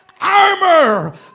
armor